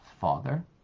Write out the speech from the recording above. Father